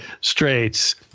straits